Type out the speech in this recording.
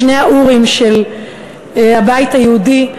שני האורים של הבית היהודי,